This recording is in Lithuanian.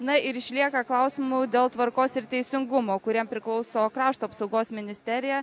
na ir išlieka klausimų dėl tvarkos ir teisingumo kuriem priklauso krašto apsaugos ministerija